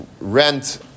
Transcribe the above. rent